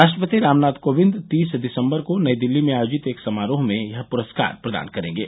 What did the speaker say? राष्ट्रपति रामनाथ कोविंद तीस दिसम्बर को नई दिल्ली में आयोजित एक समारोह में यह पुरस्कार प्रदान करेंगे